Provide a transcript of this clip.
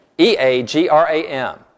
E-A-G-R-A-M